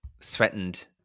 threatened